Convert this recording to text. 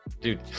Dude